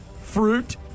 fruit